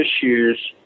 issues